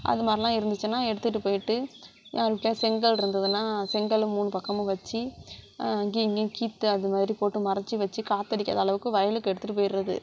அது மாதிரிலாம் இருந்துச்சுனா எடுத்துட்டு போயிட்டு யார் வீட்டிலயாவது செங்கல் இருந்ததுனால் செங்கலில் மூணு பக்கமும் வச்சு அங்கேயும் இங்கேயும் கீற்று அது மாதிரி போட்டு மறைச்சி வச்சு காற்றடிக்காத அளவுக்கு வயலுக்கு எடுத்துட்டு போயிடுறது